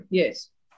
yes